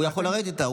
הוא יכול לרדת איתה.